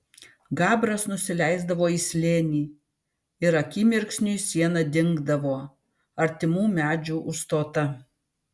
gabras nusileisdavo į slėnį ir akimirksniui siena dingdavo artimų medžių užstota